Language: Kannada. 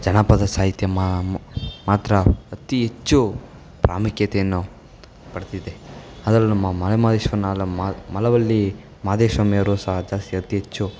ಜನಪದ ಸಾಹಿತ್ಯ ಮಾ ಮಾತ್ರ ಅತಿ ಹೆಚ್ಚು ಪ್ರಾಮುಖ್ಯತೆಯನ್ನು ಪಡೆದಿದೆ ಅದರಲ್ಲೂ ಮ ಮಲೆ ಮಹಾದೇಶ್ವರನ ಅಲ್ಲ ಮಳವಳ್ಳಿ ಮಾದೇಶಸ್ವಾಮಿಯವ್ರೂ ಸಹ ಜಾಸ್ತಿ ಅತಿ ಹೆಚ್ಚು